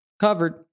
covered